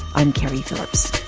i'm keri phillips